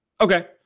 Okay